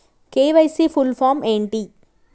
KYC full form ఏంటి?